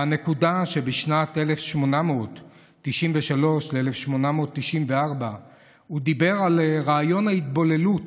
מהנקודה שבשנים 1893 ו-1894 הוא דיבר על רעיון ההתבוללות